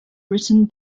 written